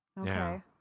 Okay